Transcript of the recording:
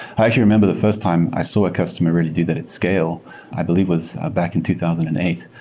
i actually remember the first time i saw a customer really do that at scale i believe was ah back in two thousand and eight.